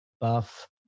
buff